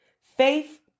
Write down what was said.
Faith